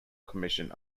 commission